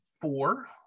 four